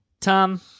Tom